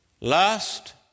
Last